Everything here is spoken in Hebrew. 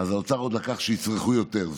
אז האוצר עוד לקח שיצרכו יותר.